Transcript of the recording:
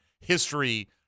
history